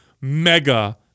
mega